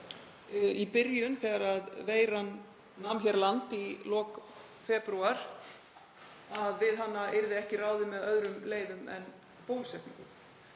í byrjun þegar veiran nam hér land í lok febrúar að við hana yrði ekki ráðið með öðrum leiðum en bólusetningum.